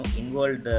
involved